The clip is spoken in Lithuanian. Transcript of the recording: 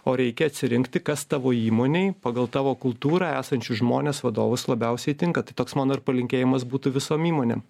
o reikia atsirinkti kas tavo įmonei pagal tavo kultūrą esančius žmones vadovus labiausiai tinka tai toks mano ir palinkėjimas būtų visom įmonėm